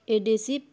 adhesive